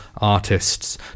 artists